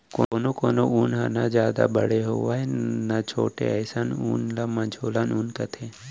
कोनो कोनो ऊन ह न जादा बड़े होवय न छोटे अइसन ल मझोलन ऊन कथें